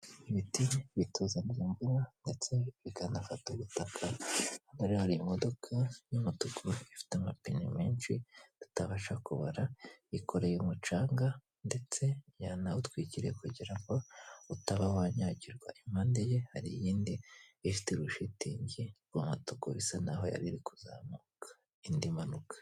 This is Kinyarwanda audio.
Ibiti bituzanira imvura, ndetse bikanafata ubutaka, imbere hari imodoka y'umutuku, ifite amapine menshi utabasha kubara, yikoreye umucanga, ndetse yanawutwikiriye kugira ngo utaba wanyagirwa, impande ye hari iyindi ifite urushitingi rw'umutuku, isa n'aho yari iri kuzamuka, indi imanuka.